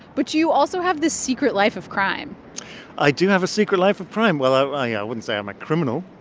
but you also have this secret life of crime i do have a secret life of crime. well, i yeah wouldn't say i'm a criminal,